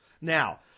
Now